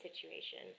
situation